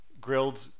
grilled